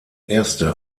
erste